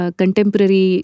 contemporary